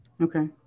Okay